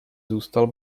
zůstal